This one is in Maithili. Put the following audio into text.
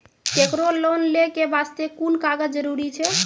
केकरो लोन लै के बास्ते कुन कागज जरूरी छै?